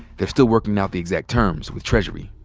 they're still working out the exact terms with treasury.